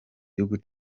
gihugu